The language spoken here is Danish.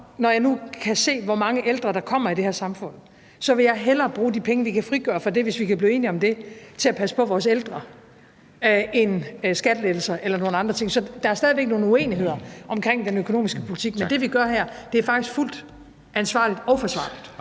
når jeg nu kan se, hvor mange ældre der bliver i det her samfund, hellere bruge de penge, at vi kan frigøre fra det, hvis vi kan blive enige om det, til at passe på vores ældre end til skattelettelser eller nogle andre ting. Så der er stadig væk nogle uenigheder om den økonomiske politik, men det, vi gør her, er faktisk fuldt ansvarligt og forsvarligt.